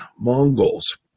Mongols